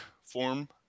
form